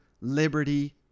Liberty